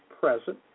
present